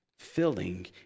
filling